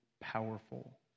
powerful